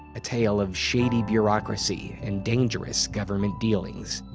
a tale of shady bureaucracy, and dangerous government dealings.